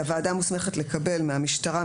(ו) הוועדה מוסמכת לקבל מהמשטרה,